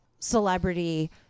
celebrity